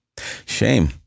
Shame